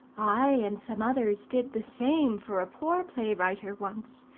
i and some others did the same for a poor play-writer once.